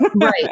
right